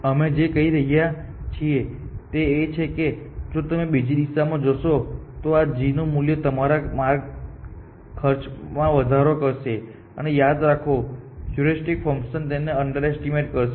અમે જે કંઈ કહી રહ્યા છીએ તે એ છે કે જો તમે બીજી દિશામાં જશો તો આ g મૂલ્ય તમારા માર્ગ ખર્ચમાં વધારો કરશે અને યાદ રાખો કે હ્યુરિસ્ટિક ફંકશન તેને અંડરએસ્ટીમેટ કરશે